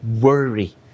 worry